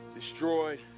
Destroyed